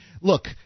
Look